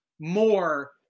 more